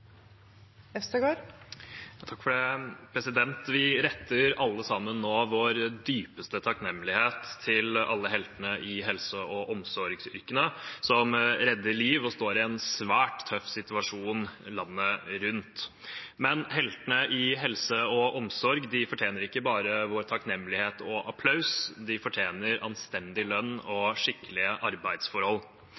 Vi retter alle sammen nå vår dypeste takknemlighet til alle heltene i helse- og omsorgsyrkene, som redder liv og står i en svært tøff situasjon landet rundt. Men heltene innenfor helse og omsorg fortjener ikke bare vår takknemlighet og applaus – de fortjener anstendig lønn og